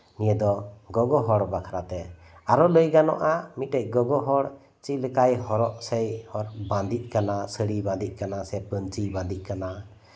ᱱᱤᱭᱟᱹ ᱫᱚ ᱜᱚᱜᱚ ᱦᱚᱲ ᱵᱟᱠᱷᱨᱟᱛᱮ ᱟᱨᱚ ᱞᱟᱹᱭ ᱜᱟᱱᱚᱜᱼᱟ ᱢᱤᱫᱴᱮᱡ ᱜᱚᱜᱚ ᱦᱚᱲ ᱪᱮᱫ ᱞᱮᱠᱟ ᱦᱚᱨᱚᱜ ᱥᱮ ᱵᱟᱸᱫᱮᱜ ᱠᱟᱱᱟ ᱥᱟᱹᱲᱤ ᱵᱟᱸᱫᱮᱜ ᱠᱟᱱᱟ ᱥᱮ ᱯᱟᱧᱪᱤᱭ ᱵᱟᱸᱫᱮᱜ ᱠᱟᱱᱟ